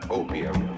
opium